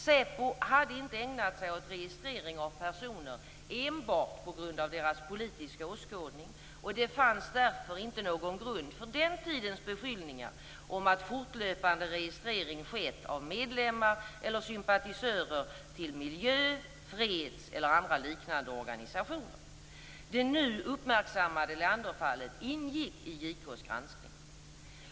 SÄPO hade inte ägnat sig åt registrering av personer enbart på grund av deras politiska åskådning, och det fanns därför inte någon grund för den tidens beskyllningar om att fortlöpande registrering skett av medlemmar eller sympatisörer till miljö-, freds eller andra liknande organisationer. Det nu uppmärksammade Leanderfallet ingick i JK:s granskning.